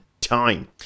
time